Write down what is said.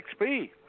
XP